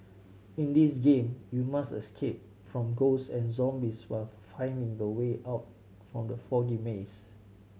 in this game you must escape from ghosts and zombies while finding the way out from the foggy maze